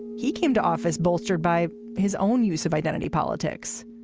he came to office bolstered by his own use of identity politics,